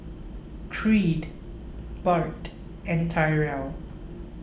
Creed Bart and Tyrel